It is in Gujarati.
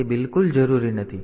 તેથી તે બિલકુલ જરૂરી નથી